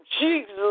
Jesus